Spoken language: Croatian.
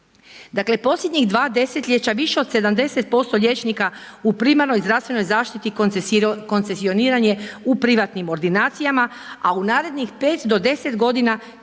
Posljednjih 2 desetljeća, više od 70% liječnika u primarnoj zdravstvenoj zaštiti koncesioniran je u privatnim ordinacijama, a u narednih 5 do 10 godina 1000